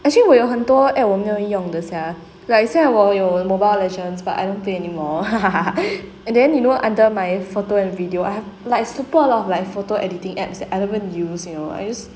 actually 我有很多 app 我没有用的 sia like 现在我有 mobile legends but I don't play anymore and then you know under my photo and video I have like super a lot of like photo editing apps that I don't even use you know I use